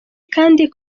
kandi